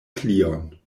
plion